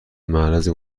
معرض